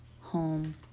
home